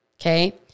Okay